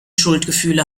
schuldgefühle